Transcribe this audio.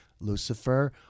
Lucifer